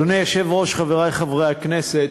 אדוני היושב-ראש, חברי חברי הכנסת,